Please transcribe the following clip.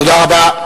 תודה רבה.